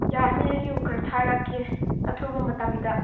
ꯌꯥꯅꯤ ꯑꯩꯒꯤ ꯊꯥꯔꯛꯀꯦ ꯑꯊꯨꯕ ꯃꯇꯝꯗ